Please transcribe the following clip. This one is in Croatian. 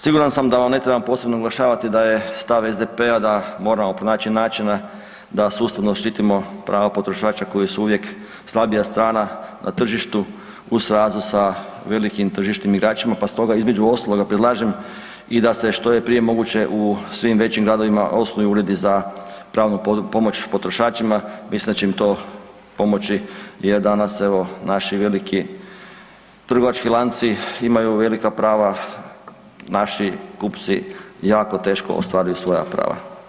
Siguran sam da vam ne trebam posebno naglašavati da je stav SDP-a Govornik se ne razumije./… da sustavno štitimo prava potrošača koji su uvijek slabija strana na tržištu, u srazu sa velikim tržišnim igračima pa stoga između ostaloga predlažem i da se što je prije moguće u svim većim gradovima osnuju uredi za pravnu pomoć potrošačima, mislim da će im to pomoć jer danas evo naši veliki trgovački lanci imaju velika prava, naši kupci jako teško ostvaruju svoja prava.